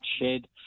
shed